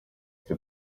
icyo